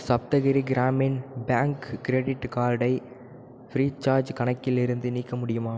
Saptagiri Gramin bank credit கார்டை Freecharge கணக்கிலிருந்து நீக்க முடியுமா